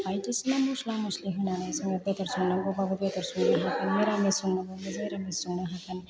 बायदिसिना मस्ला मस्लि होनानै जोङो बेदर संनांगौबाबो बेदर संनो हागोन मिरामिस संनांगौबाबो मिरामिस संनो हागोन